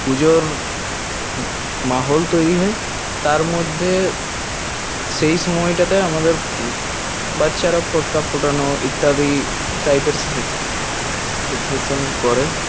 পুজোর মাহল তৈরি হয় তার মধ্যে সেই সময়টাতে আমাদের বাচ্চারা পটকা ফোটানো ইত্যাদি টাইপের সেলিব্রেশন করে